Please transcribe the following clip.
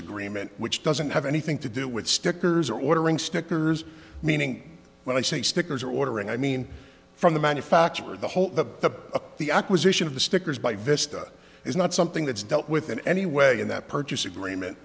agreement which doesn't have anything to do with stickers or ordering stickers meaning when i say stickers or ordering i mean from the manufacturer the whole a the acquisition of the stickers by vista is not something that's dealt with in any way in that purchase agreement